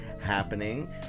happening